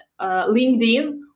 LinkedIn